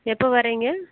எப்போ வரிங்க